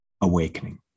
AWAKENING